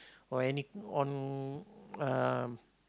or any on uh